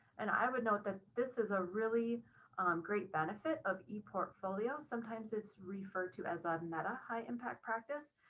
and i would note that this is a really great benefit of e portfolio, sometimes it's referred to as ah meta high impact practice,